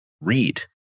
read